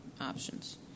options